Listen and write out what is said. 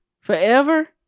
forever